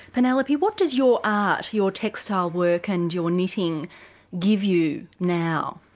penelope what does your art, your textile work and your knitting give you now?